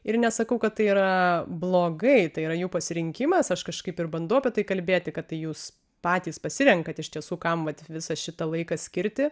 ir nesakau kad tai yra blogai tai yra jų pasirinkimas aš kažkaip ir bandau apie tai kalbėti kad tai jūs patys pasirenkat iš tiesų kam vat visą šitą laiką skirti